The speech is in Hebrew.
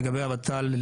לגבי הוות"ל,